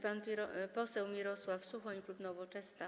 Pan poseł Mirosław Suchoń, klub Nowoczesna.